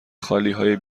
خالیهای